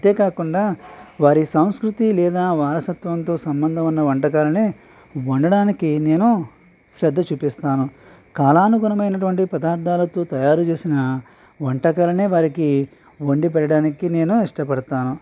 అంతేకాకుండా వారి సంస్కృతి లేదా వారసత్వంతో సంబంధం ఉన్న వంటకాలనే వండటానికి నేను శ్రద్ద చూపిస్తాను కాలానుగుణమైనటువంటి పదార్థాలతో తయారుచేసిన వంటకాలనే వారికి వండి పెట్టడానికి నేను ఇష్టపడతాను